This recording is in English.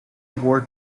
wore